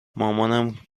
مامان